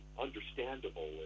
understandable